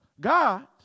God